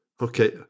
Okay